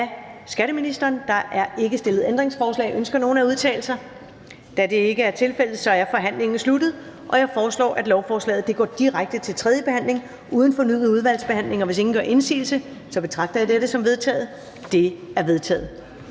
Ellemann): Der er ikke stillet ændringsforslag. Ønsker nogen at udtale sig? Da det ikke tilfældet, er forhandlingen sluttet. Jeg foreslår, at lovforslaget går direkte til tredje behandling uden fornyet udvalgsbehandling. Hvis ingen gør indsigelse, betragter jeg dette som vedtaget. Det er vedtaget.